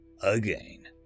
Again